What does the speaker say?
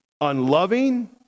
unloving